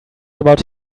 about